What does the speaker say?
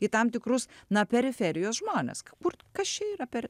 į tam tikrus na periferijos žmones kur t kas čia yra per